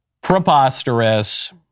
preposterous